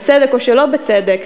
בצדק או שלא בצדק,